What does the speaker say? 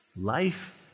life